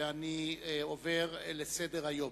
ואני עובר לסדר-היום.